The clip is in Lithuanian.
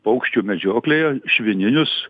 paukščių medžioklėje švininius